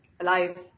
alive